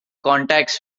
contacts